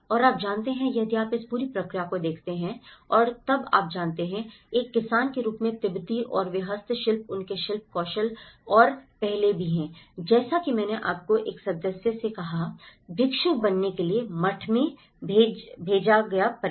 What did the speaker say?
और आप जानते हैं यदि आप इस पूरी प्रक्रिया को देखते हैं और तब आप जानते हैं एक किसान के रूप में तिब्बती और वे हस्तशिल्प उनके शिल्प कौशल और पहले भी हैं जैसा कि मैंने आपको एक सदस्य से कहा भिक्षु बनने के लिए मठ में भेजा गया परिवार